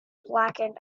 blackened